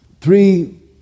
three